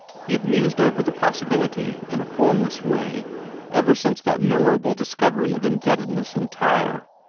he had mused over the possibility in a formless way ever since that memorable discovery of indebtedness in tyre,